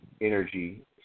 energy